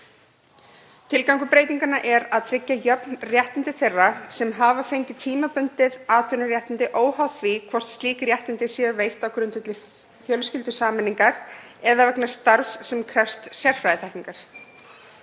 Tilgangur breytinganna er að tryggja jöfn réttindi þeirra sem hafa fengið tímabundin atvinnuréttindi óháð því hvort slík réttindi séu veitt á grundvelli fjölskyldusameiningar eða vegna starfs sem krefst sérfræðiþekkingar.